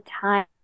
time